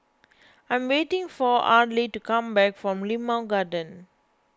I am waiting for Arly to come back from Limau Garden